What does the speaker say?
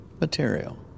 material